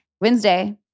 Wednesday